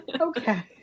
Okay